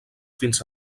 fins